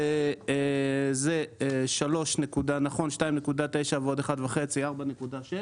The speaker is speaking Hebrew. אם כן 2.9 ועוד 1.5, זה 4.6